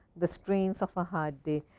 the strains of a hard day.